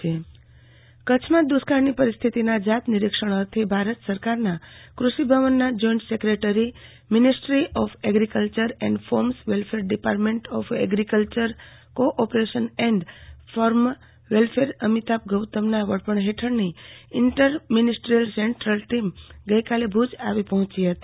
આરતી ભદ્દ દુષ્કાળ સ્થિતિ નિરીક્ષણ કચ્છમાં દુષ્કાળની પરિસ્થિતના જાત નિરીક્ષણ અર્થે ભારત સરકારના કૃષિભવનના joint secretary minister of agriculture and farmers welfare department of agriculture cooperation and farmer welfare Amitabh ગૌતમના વડપણ હેઠળની ઇન્ટર મિનિસ્ટ્રીયલ સેન્ટ્રલ ટીમ ગઈકાલે ભુજ આવી પહોંચી હતી